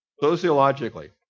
sociologically